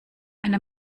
eine